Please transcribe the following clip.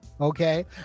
Okay